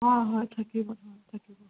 অঁ হয় থাকিব হয় থাকিব হয়